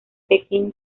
pekín